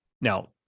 Now